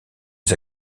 les